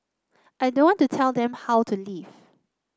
I don't want to tell them how to live